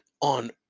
on